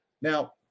now